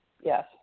Yes